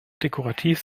dekorativ